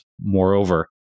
moreover